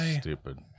Stupid